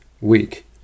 week